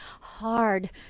hard